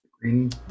green